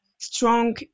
strong